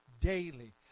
daily